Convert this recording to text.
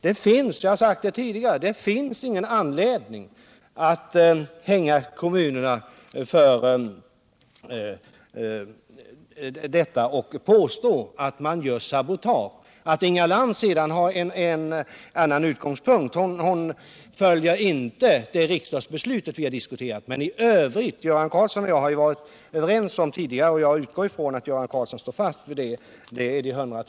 Det finns, vilket jag har sagt tidigare, ingen anledning att ”hänga” kommunerna eller påstå att de gör sabotage. Inga Lantz har en egen utgångspunkt, hon följer inte de riksdagsbeslut som vi har diskuterat, men i övrigt bör vi kunna vara överens om att planen skall följas och att de 100 000 platserna skall uppfyllas.